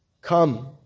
Come